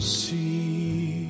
see